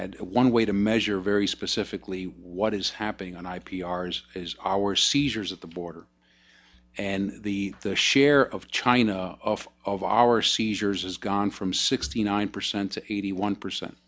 add one way to measure very specifically what is happening on i p r's is our seizures at the border and the share of china of of our seizures has gone from sixty nine percent to eighty one percent